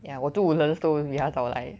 yeah 我住 woodlands 比她早来